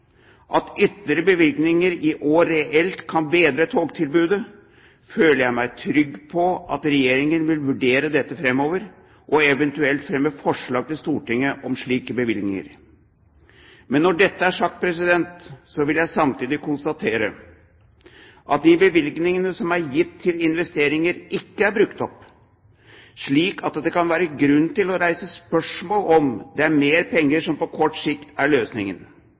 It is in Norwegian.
at ytterligere bevilgninger i år reelt kan bedre togtilbudet, føler jeg meg trygg på at Regjeringen vil vurdere dette framover, og eventuelt fremme forslag til Stortinget om slike bevilgninger. Men når dette er sagt, vil jeg samtidig konstatere at de bevilgningene som er gitt til investeringer, ikke er brukt opp, slik at det kan være grunn til å reise spørsmål om det er mer penger som på kort sikt er løsningen.